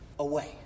Away